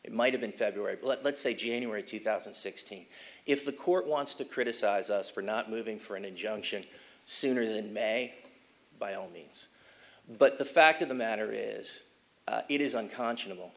it might have been february let's say january two thousand and sixteen if the court wants to criticize us for not moving for an injunction sooner than may by all means but the fact of the matter is it is unconscionable